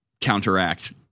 counteract